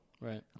Right